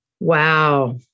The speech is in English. Wow